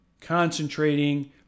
concentrating